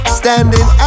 standing